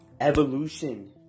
evolution